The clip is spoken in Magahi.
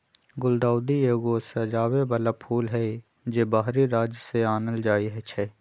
गुलदाऊदी एगो सजाबे बला फूल हई, जे बाहरी राज्य से आनल जाइ छै